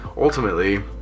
ultimately